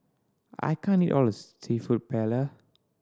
I can't eat all of this Seafood Paella